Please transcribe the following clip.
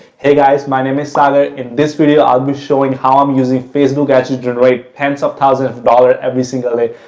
hey guys, my name is sagar. in this video, i'll be showing how i'm using facebook ads to generate ten s of thousands of dollars every single day.